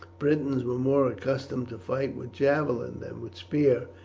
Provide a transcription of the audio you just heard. britons were more accustomed to fight with javelin than with spear,